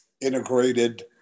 integrated